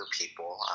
people